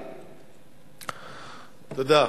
תודה.